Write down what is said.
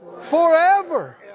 forever